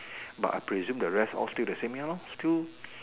but I presume the rest all still the same ya lor still